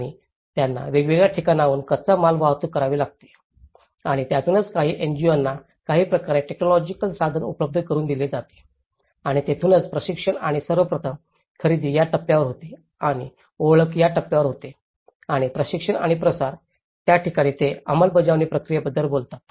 आणि त्यांना वेगवेगळ्या ठिकाणांहून कच्चा माल वाहतूक करावी लागतो आणि त्यातूनच काही एनजीओंना काही प्रकारचे टेक्नॉलॉजिकल साधन उपलब्ध करुन दिले जाते आणि येथूनच प्रशिक्षण आणि सर्वप्रथम खरेदी या टप्प्यावर होते आणि ओळख या टप्प्यावर होते आणि प्रशिक्षण आणि प्रसार आणि त्या ठिकाणी ते अंमलबजावणी प्रक्रियेबद्दल बोलतात